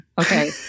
okay